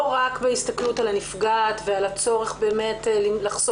לא רק בהסתכלות על הנפגעת ועל הצורך לחסוך